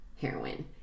heroin